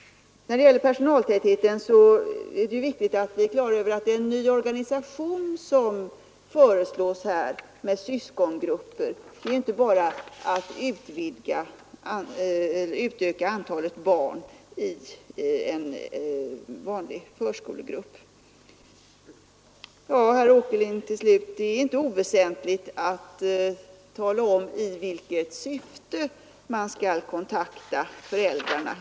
När det gäller personaltätheten är det viktigt att vi är klara över att det är en ny organisation som föreslås med syskongrupper. Det är inte bara att utöka antalet barn i en vanlig förskolegrupp, herr Romanus. Det är inte oväsentligt, herr Åkerlind, att tala om i vilket syfte man skall kontakta föräldrarna.